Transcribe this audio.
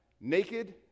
naked